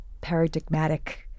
paradigmatic